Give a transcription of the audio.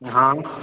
हॅं